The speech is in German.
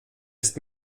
ist